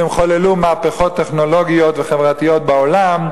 והן חוללו מהפכות טכנולוגיות וחברתיות בעולם,